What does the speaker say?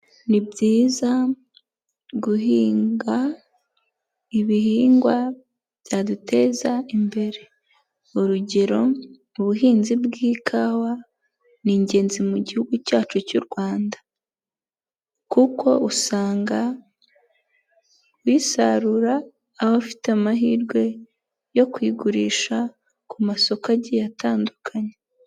Ni byiza guhinga ibihingwa byaduteza imbere urugero; ubuhinzi bw'ikawa ni ingenzi mu gihugu cyacu cy'u Rwanda, kuko usanga bisarura abafite amahirwe yo kwigurisha ku masoko agiye atandukanye.